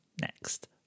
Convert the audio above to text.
next